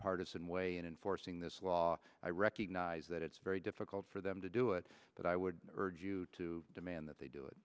partisan way and enforcing this law i recognize that it's very difficult for them to do it but i would urge you to demand that they do it